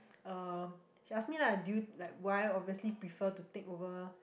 uh she asked me lah do you like why obviously prefer to take over